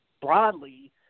broadly